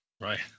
Right